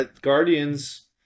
Guardians